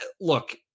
look